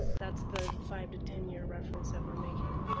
that's the five to ten year reference, that we're making.